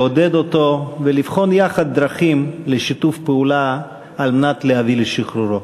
לעודד אותו ולבחון יחד דרכים לשיתוף פעולה על מנת להביא לשחרורו.